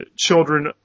children